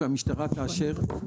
והמשטרה תאשר,